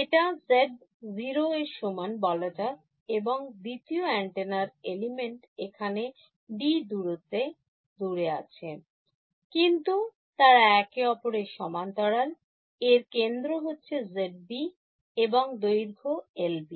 এটাকে z 0 এর সমান বলা যাক এবং দ্বিতীয় এন্টেনার element এখানে d দূরত্ব দূরে আছে কিন্তু তারা একে অপরের সমান্তরাল এর কেন্দ্র হচ্ছে ZB এবং দৈর্ঘ্য LB